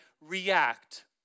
react